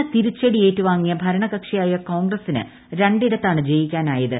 കനത്ത തിരിച്ചടി ഏറ്റുവാങ്ങിയ ഭരണകക്ഷിയായ കോൺഗ്രസിന് രണ്ടിടത്താണ് ജയിക്കാനായത്